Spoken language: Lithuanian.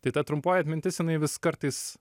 tai ta trumpoji atmintis jinai vis kartais